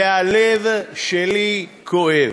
והלב שלי כואב.